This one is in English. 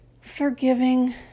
Forgiving